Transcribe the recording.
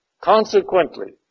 Consequently